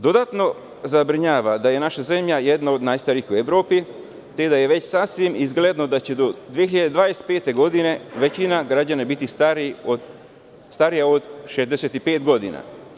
Dodatno zabrinjava da je naša zemlja jedna od najstarijih u Evropi, te da je već sasvim očigledno da će do 2025. godine većina građana biti stariji od 65 godina.